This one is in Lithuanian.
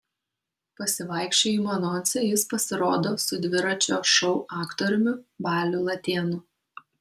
pasivaikščiojimų anonse jis pasirodo su dviračio šou aktoriumi baliu latėnu